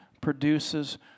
produces